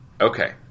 okay